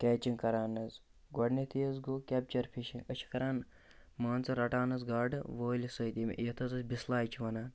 catching کَران حظ گۄڈٕنٮ۪تھٕے حظ گوٚو کٮ۪پچَر فِشِنٛگ أسۍ چھِ کَران مان ژٕ رَٹان حظ گاڈٕ وٲلِس سۭتۍ ییٚمۍ یَتھ حظ أسۍ بِسلاے چھِ وَنان